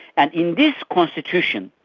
and in this constitution,